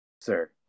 Sir